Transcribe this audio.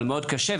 אבל מאוד קשה,